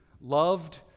loved